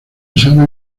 sabe